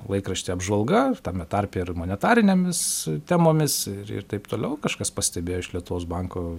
laikraštį apžvalga tame tarpe ir monetarinėmis temomis ir ir taip toliau kažkas pastebėjo iš lietuvos banko